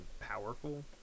powerful